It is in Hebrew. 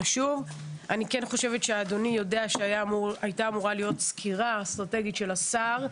אני חושבת שאדוני יודע שהייתה אמורה להיות סקירה אסטרטגית של השר,